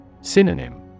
Synonym